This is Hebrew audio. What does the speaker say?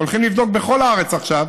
הולכים לבדוק בכל הארץ עכשיו,